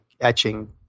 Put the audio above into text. etching